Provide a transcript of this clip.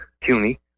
CUNY